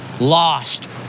lost